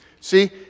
See